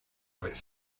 vez